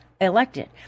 elected